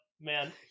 Man